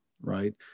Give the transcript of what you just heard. right